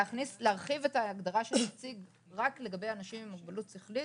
להרחיב את ההגדרה של נציג רק לגבי אנשים עם מוגבלות שכלית,